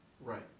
Right